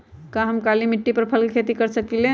का हम काली मिट्टी पर फल के खेती कर सकिले?